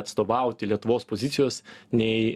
atstovauti lietuvos pozicijos nei